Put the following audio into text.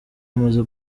amaze